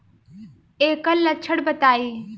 ऐकर लक्षण बताई?